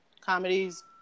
comedies